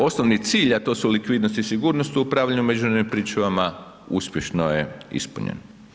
Osnovni cilj, a to su likvidnost i sigurnost u upravljanju međunarodnim pričuvama uspješno je ispunjen.